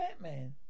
Batman